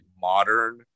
modern